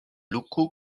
locaux